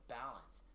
balance